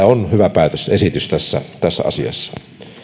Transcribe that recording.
on hyvä päätösesitys tässä tässä asiassa